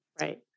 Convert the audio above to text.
Right